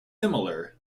similar